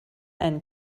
einen